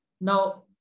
Now